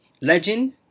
legend